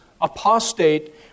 apostate